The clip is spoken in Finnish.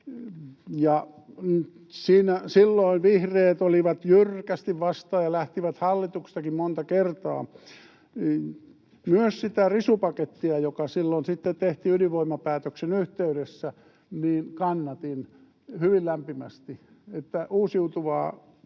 Silloin vihreät olivat jyrkästi vastaan ja lähtivät hallituksestakin monta kertaa. Myös sitä risupakettia, joka silloin tehtiin ydinvoimapäätöksen yhteydessä, kannatin hyvin lämpimästi,